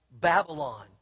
Babylon